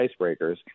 icebreakers